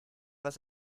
was